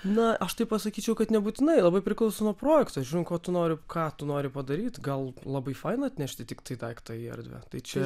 na aš taip pasakyčiau kad nebūtinai labai priklauso nuo projekto žiūrint ko tu nori ką tu nori padaryt gal labai faina atnešti tiktai daiktą į erdvę tai čia